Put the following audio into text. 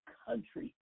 country